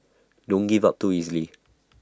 don't give up too easily